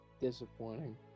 Disappointing